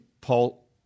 Paul